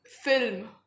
film